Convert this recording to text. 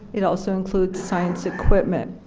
it also includes science equipment.